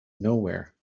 nowhere